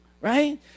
right